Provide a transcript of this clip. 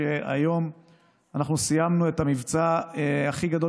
שהיום אנחנו סיימנו את המבצע הכי גדול